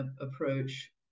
approach